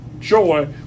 joy